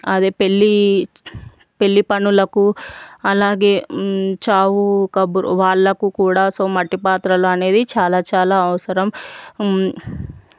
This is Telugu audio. అదే పెళ్ళి పెళ్ళి పనులకు అలాగే చావు కబురు వాళ్ళకు కూడా సో మట్టి పాత్రలు అనేవి చాలా చాలా అవసరం